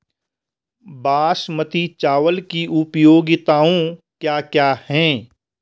बासमती चावल की उपयोगिताओं क्या क्या हैं?